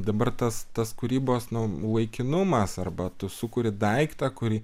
dabar tas tas kūrybos nu laikinumas arba tu sukuri daiktą kurį